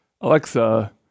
Alexa